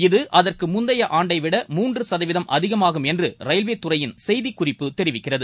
இது அதற்குமுந்தையஆண்டவிட மூன்றுசதவீதம் அதிகமாகும் என்றரயில்வேதுறையின் செய்திக் குறிப்பு தெரிவிக்கிறது